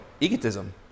egotism